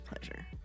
pleasure